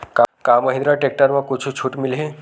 का महिंद्रा टेक्टर म कुछु छुट मिलही?